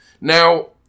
Now